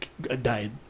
died